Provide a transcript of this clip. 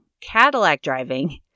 Cadillac-driving